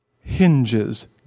hinges